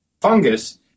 fungus